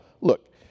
look